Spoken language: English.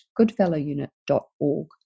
goodfellowunit.org